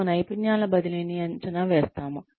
మనము నైపుణ్యాల బదిలీని అంచనా వేస్తాము